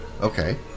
Okay